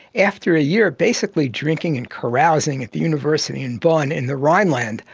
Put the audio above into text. after a year basically drinking and carousing at the university in bonn in the rhineland,